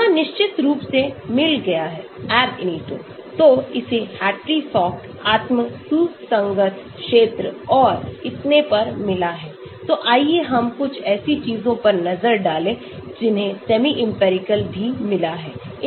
यह निश्चित रूप से मिल गया है Ab initio तो इसे हार्ट्री फॉक आत्म सुसंगत क्षेत्र और इतने पर मिला है तो आइए हम कुछ ऐसी चीज़ों पर नज़र डालें जिन्हें सेमी इंपिरिकल भी मिला है